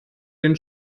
den